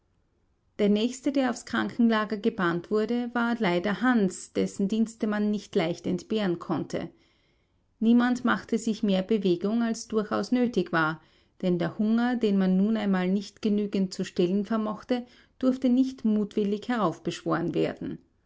der nächste der aufs krankenlager gebannt wurde war leider hans dessen dienste man nicht leicht entbehren konnte niemand machte sich mehr bewegung als durchaus nötig war denn der hunger den man nun einmal nicht genügend zu stillen vermochte durfte nicht mutwillig heraufbeschworen werden